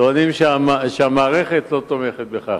וטוענים שהמערכת לא תומכת בכך.